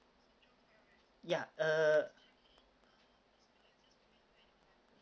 ya uh